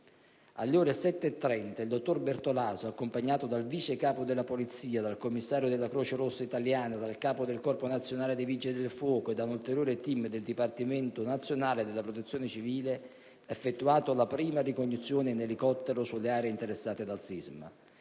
Alle ore 7,30 il dottor Bertolaso, accompagnato dal vice capo della Polizia, dal commissario della Croce rossa italiana, dal capo del Corpo nazionale dei vigili del fuoco e da un ulteriore *team* del Dipartimento nazionale della protezione civile, ha effettuato la prima ricognizione in elicottero sulle aeree interessate dal sisma,